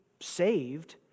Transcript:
saved